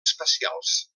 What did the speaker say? espacials